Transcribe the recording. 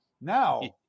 Now